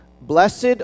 Blessed